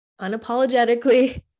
unapologetically